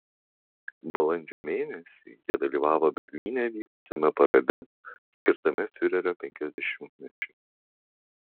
balandžio mėnesį jie dalyvavo berlyne vykusiame parade skirtame fiurerio penkiasdešimtmečiui